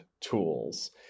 tools